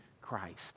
Christ